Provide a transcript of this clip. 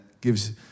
gives